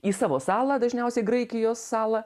į savo salą dažniausiai graikijos salą